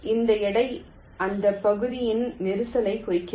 இந்த எடை அந்த பகுதியின் நெரிசலைக் குறிக்கிறது